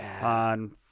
on